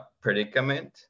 predicament